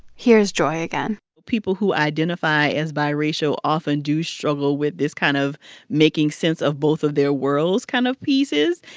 here's joy again people who identify as biracial often do struggle with this kind of making sense of both of their worlds kind of pieces.